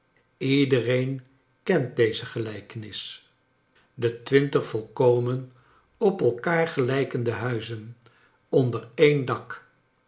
iedereen kent deze gelijkenis de twintig volkomen op elkaar gelijkende huizen oncler een dak